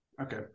Okay